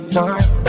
time